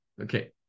Okay